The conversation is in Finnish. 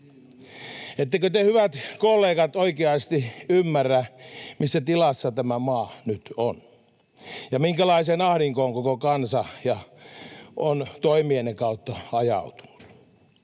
Ettekö te, hyvät kollegat, oikeasti ymmärrä, missä tilassa tämä maa nyt on ja minkälaiseen ahdinkoon koko kansa on toimienne kautta ajautunut?